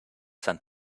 some